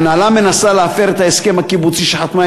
ההנהלה מנסה להפר את ההסכם הקיבוצי שחתמה